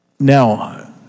Now